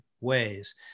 ways